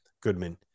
Goodman